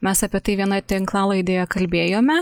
mes apie tai vienoje tinklalaidėje kalbėjome